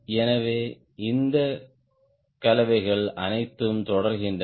எனவே இந்த கலவைகள் அனைத்தும் தொடர்கின்றன